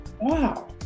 Wow